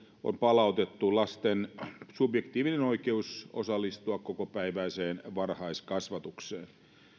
on palautettu lasten subjektiivinen oikeus osallistua kokopäiväiseen varhaiskasvatukseen